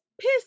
piss